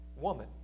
woman